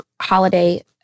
holiday